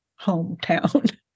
hometown